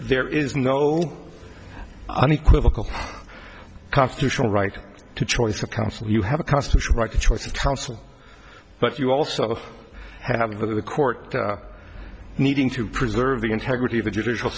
there is no unequivocal constitutional right to choice of counsel you have a constitutional right to choice of counsel but you also have of the court needing to preserve the integrity of the judicial